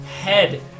head